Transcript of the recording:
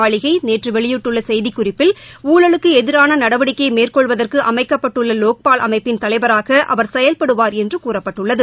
மாளிகைநேற்றவெளியிட்டுள்ளசெய்திக்குறிப்பில் குடியரசுத்தலைவர் ஊழலுக்குஎதிரானநடவடிக்கைமேற்கொள்வதற்குஅமைக்கப்பட்டுள்ளலோக்பால் அமைப்பின் தலைவராகஅவர் செயல்படுவார் என்றுகூறப்பட்டுள்ளது